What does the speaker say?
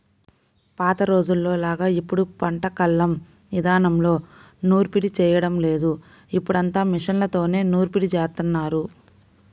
పాత రోజుల్లోలాగా ఇప్పుడు పంట కల్లం ఇదానంలో నూర్పిడి చేయడం లేదు, ఇప్పుడంతా మిషన్లతోనే నూర్పిడి జేత్తన్నారు